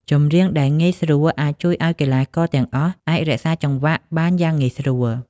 ចម្រៀងដែលងាយស្រួលអាចជួយឲ្យកីឡាករទាំងអស់អាចរក្សាចង្វាក់បានយ៉ាងងាយស្រួល។